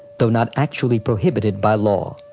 though not actually prohibited by law.